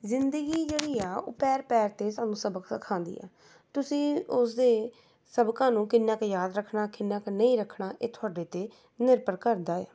ਜ਼ਿੰਦਗੀ ਜਿਹੜੀ ਆ ਉਹ ਪੈਰ ਪੈਰ 'ਤੇ ਸਾਨੂੰ ਸਬਕ ਸਿਖਾਉਂਦੀ ਆ ਤੁਸੀਂ ਉਸ ਦੇ ਸਬਕਾਂ ਨੂੰ ਕਿੰਨਾਂ ਕੁ ਯਾਦ ਰੱਖਣਾ ਕਿੰਨਾ ਕੁ ਨਹੀਂ ਰੱਖਣਾ ਇਹ ਤੁਹਾਡੇ 'ਤੇ ਨਿਰਭਰ ਕਰਦਾ ਏ